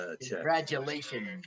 Congratulations